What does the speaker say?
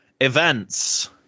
events